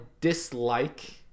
dislike